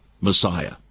Messiah